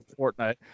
Fortnite